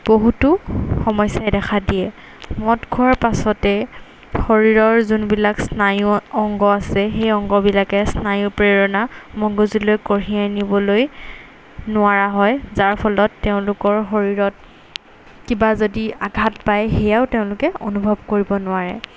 বহুতো সমস্যাই দেখা দিয়ে মদ খোৱাৰ পাছতে শৰীৰৰ যোনবিলাক স্নায়ু অংগ আছে সেই অংগবিলাকে স্নায়ু প্ৰেৰণা মগজুলৈ কঢ়িয়াই নিবলৈ নোৱাৰা হয় যাৰ ফলত তেওঁলোকৰ শৰীৰত কিবা যদি আঘাত পায় সেয়াও তেওঁলোকে অনুভৱ কৰিব নোৱাৰে